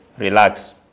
relax